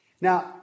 Now